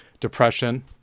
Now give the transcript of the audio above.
depression